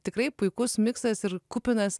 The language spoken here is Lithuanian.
tikrai puikus miksas ir kupinas